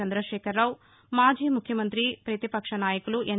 చంద్రశేఖరరావు మాజీ ముఖ్యమంతి ప్రతిపక్ష నాయకులు ఎన్